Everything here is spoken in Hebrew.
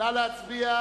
נא להצביע.